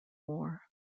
war